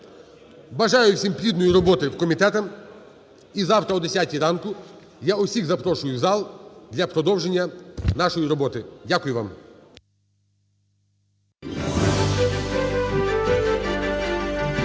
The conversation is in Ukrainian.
Бажаю всім плідної роботи в комітетах. І завтра о 10 ранку я всіх запрошую в зал для продовження нашої роботи. Дякую вам.